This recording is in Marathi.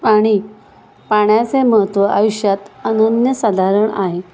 पाणी पाण्याचे महत्त्व आयुष्यात अनन्य साधारण आहे